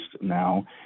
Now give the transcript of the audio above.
now